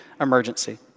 emergency